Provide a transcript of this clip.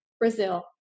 Brazil